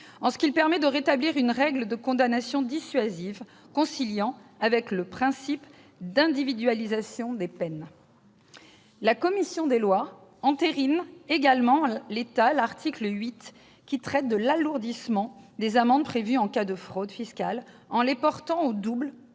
en ce qu'il permet de rétablir une règle de condamnation dissuasive, qui se concilie avec le principe d'individualisation des peines. Elle entérine également en l'état l'article 8, qui traite de l'alourdissement des amendes prévues en cas de fraude fiscale, en les portant au double